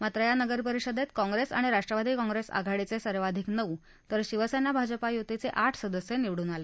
मात्र या नगर परिषदेत काँग्रेस आणि राष्ट्रवादी काँग्रेस आघाडीचे सर्वाधिक नऊ तर शिवसेना भाजप यूतीचे आठ सदस्य निवडुन आले